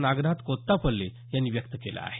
नागनाथ कोत्तापल्ले यांनी व्यक्त केलं आहे